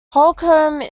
holcombe